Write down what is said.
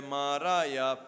Maraya